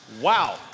Wow